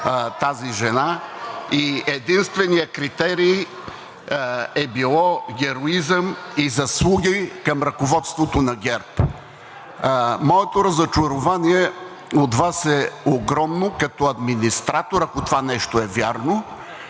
тази жена и единственият критерий е бил героизъм и заслуги към ръководството на ГЕРБ. Моето разочарование от Вас като администратор е огромно, ако това нещо е вярно.